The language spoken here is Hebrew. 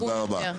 תודה רבה,